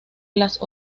las